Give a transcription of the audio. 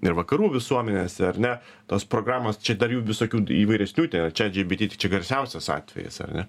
ir vakarų visuomenėse ar ne tos programos čia dar jų visokių įvairesnių ten yra chat gpt tai čia garsiausias atvejis ar ne